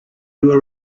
were